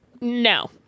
No